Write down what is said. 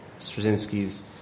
Straczynski's